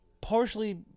Partially